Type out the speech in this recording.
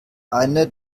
eine